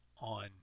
on